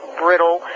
brittle